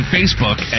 Facebook